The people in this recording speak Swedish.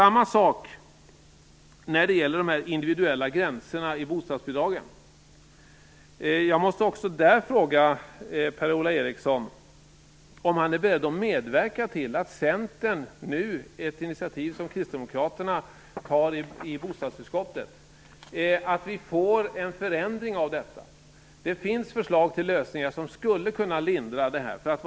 Också när det gäller de individuella gränserna i bostadsbidragen måste jag fråga Per-Ola Eriksson om han är beredd att medverka till att Centern, på ett kristdemokratiskt initiativ i bostadsutskottet, stöder detta så att vi får en förändring. Det finns nämligen förslag till lösningar som skulle kunna åstadkomma en lindring.